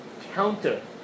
counter